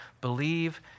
Believe